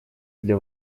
для